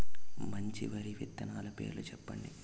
మంచి వరి విత్తనాలు పేర్లు చెప్పండి?